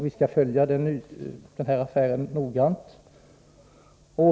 Vi skall följa denna affär noggrant.